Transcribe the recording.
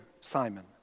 Simon